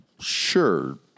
Sure